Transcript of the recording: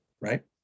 right